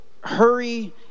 hurry